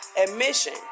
Admission